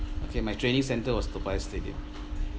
okay my training centre was toa payoh stadium